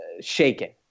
shaken